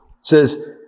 says